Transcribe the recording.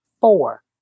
Four